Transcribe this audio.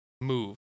move